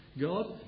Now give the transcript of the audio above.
God